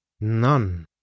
None